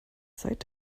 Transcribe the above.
seit